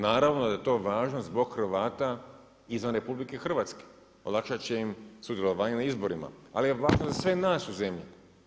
Naravno da je to važno zbog Hrvata izvan RH, olakšati će im sudjelovanje na izborima, ali je važno za sve nas u zemlji.